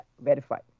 verified